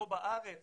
כאן בארץ